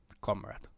Comrade